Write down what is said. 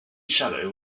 shadow